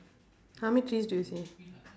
how many trees do you see